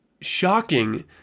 shocking